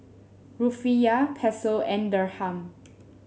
Rufiyaa Peso and Dirham